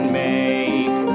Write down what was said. make